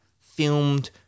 filmed